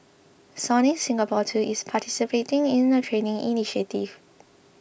Sony Singapore too is participating in the training initiative